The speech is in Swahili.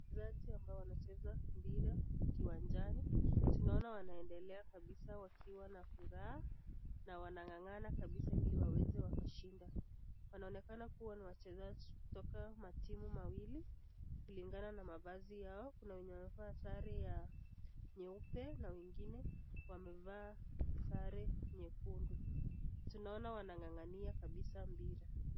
Wachezaji ambao wanacheza mpira kiwanjani. Tunaona wanaendelea kabisa wakiwa na furaha na wanang'ang'ana kabisa ili waweze wakashinda. Wanaonekana kuwa wachezaji kutoka matimu mawili kulingana na mavazi yao. Kuna wenye wamevaa sare nyeupe na wengine wamevaa sare nyekundu. Tunaona wanang'ang'ania kabisa mpira.